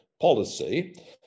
policy